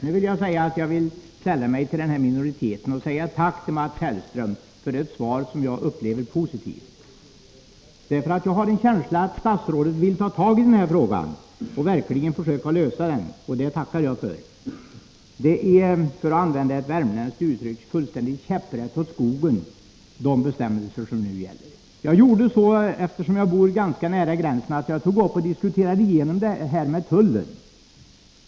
Nu vill jag sälla mig till minoriteten och säga tack till Mats Hellström för det svar som jag upplever som positivt, därför att jag har en känsla av att statsrådet vill ta tag i den här frågan och verkligen försöka lösa den — det tackar jag för. De bestämmelser som nu gäller är, för att använda ett värmländskt uttryck, ”fullständigt käpprätt åt skogen”. Eftersom jag bor ganska nära gränsen tog jag upp och diskuterade igenom den här frågan med tullen.